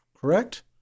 Correct